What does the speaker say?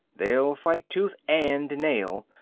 they'll fight tooth and nail.